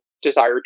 desire